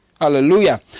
hallelujah